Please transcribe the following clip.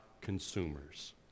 consumers